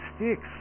sticks